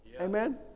Amen